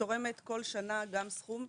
שתורמות בכל שנה גם סכום.